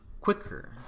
quicker